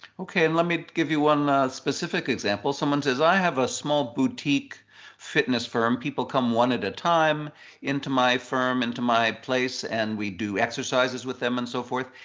okay, and let me give you one specific example. someone says, i have a small boutique fitness firm. people come one at a time into my firm, into my place, and we do exercises with them, and so forth.